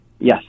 Yes